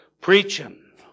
preaching